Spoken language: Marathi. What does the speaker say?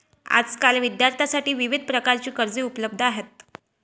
आजकाल विद्यार्थ्यांसाठी विविध प्रकारची कर्जे उपलब्ध आहेत